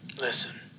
Listen